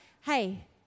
hey